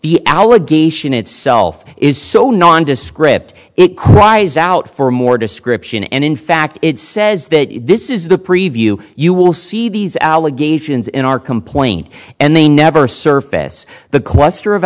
the allegation itself is so nondescript it cries out for more description and in fact it says that this is the preview you will see these allegations in our complaint and they never surface the cluster of